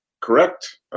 Correct